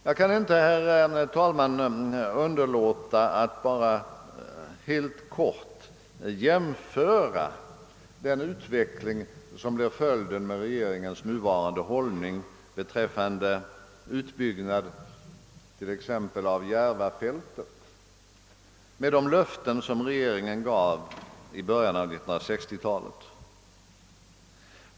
Jag kan inte underlåta att helt kort jämföra den utveckling som blivit följden av regeringens hållning när det gäller utbyggnaden av Järvafältet med de löften som regeringen gav i början av 1960-talet.